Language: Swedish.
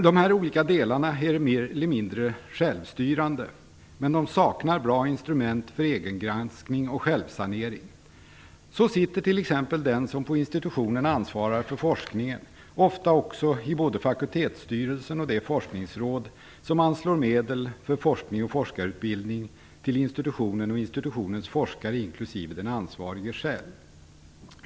Dessa olika delar är mer eller mindre självstyrande, men de saknar bra instrument för egengranskning och självsanering. Så sitter t.ex. den som på institutionen ansvarar för forskningen ofta också i både fakultetsstyrelsen och det forskningsråd som anslår medel för forskning och forskarutbildning till institutionen och institutionens forskare inklusive den ansvarige själv.